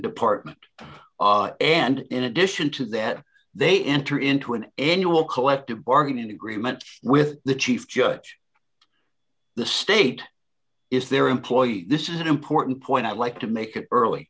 department and in addition to that they enter into an annual collective bargaining agreement with the chief judge the state is their employee this is an important point i'd like to make it early